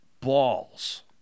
balls